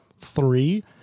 three